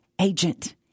agent